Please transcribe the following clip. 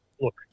look